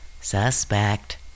Suspect